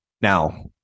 Now